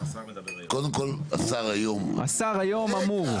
קודם כל, השר היום --- השר היום אמור.